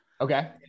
Okay